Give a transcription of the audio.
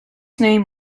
name